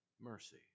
mercy